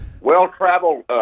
Well-traveled